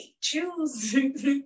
Choose